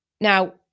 Now